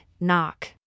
knock